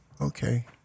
Okay